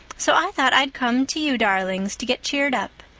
so i thought i'd come to you darlings to get cheered up.